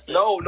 no